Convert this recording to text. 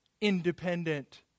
independent